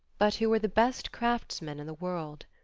but who were the best craftsmen in the world.